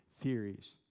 theories